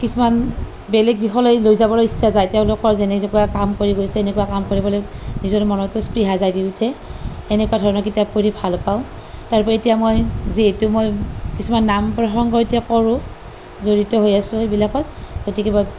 কিছুমান বেলেগ দিশলৈ লৈ যাবলৈ ইচ্ছা যায় তেওঁলোকৰ যেনেকুৱা কাম কৰি গৈছে এনেকুৱা কাম কৰিবলৈ নিজৰ মনতে স্পৃহা জাগি উঠে এনেকুৱা ধৰণৰ কিতাপ পঢ়ি ভালপাওঁ তাৰ এতিয়া মই যিহেতু মই কিছুমান নাম প্ৰসংগ এতিয়া কৰোঁ জড়িত হৈ আছো সেইবিলাকত গতিকে মই